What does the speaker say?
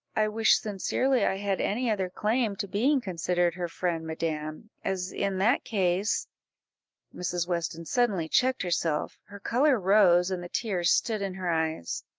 i wish sincerely i had any other claim to being considered her friend, madam, as in that case mrs. weston suddenly checked herself, her colour rose, and the tears stood in her eyes.